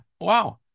wow